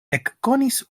ekkonis